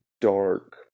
dark